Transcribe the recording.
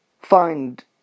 find